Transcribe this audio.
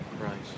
right